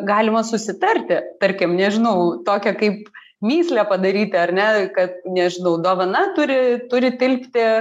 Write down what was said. galima susitarti tarkim nežinau tokią kaip mįslę padaryti ar ne kad nežinau dovana turi turi tilpti